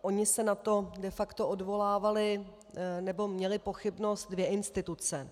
Ony se na to de facto odvolávaly, nebo měly, pochybnost dvě instituce.